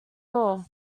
all